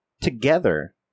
Together